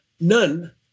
none